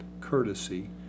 courtesy